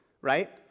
right